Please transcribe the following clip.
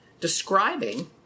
Describing